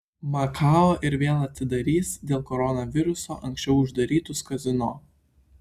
makao ir vėl atidarys dėl koronaviruso anksčiau uždarytus kazino